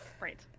Right